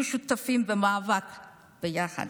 הם היו שותפים במאבק ביחד.